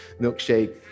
milkshake